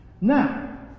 Now